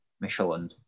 Michelin